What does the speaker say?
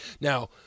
now